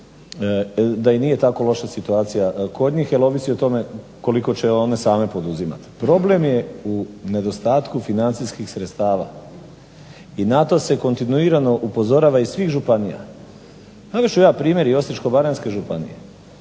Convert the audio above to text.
da i nije tako loša situacija kod njih, jer ovisi o tome koliko će one same poduzimati. Problem je u nedostatku financijskih sredstava i na to se kontinuirano upozorava iz svih županija. Navest ću ja primjer i Osječko-baranjske županije.